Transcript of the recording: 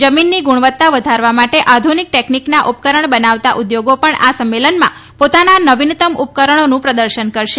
જમીનની ગુણવત્તા વધારવા માટે આધુનિક ટેકનિકના ઉપકરણ બનાવતા ઉદ્યોગો ઉપર આ સંમેલનમાં પોતાના નવીનત્તમ ઉપકરણોનું પ્રદર્શન કરશે